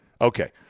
Okay